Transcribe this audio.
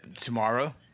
Tomorrow